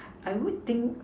I would think